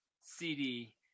CD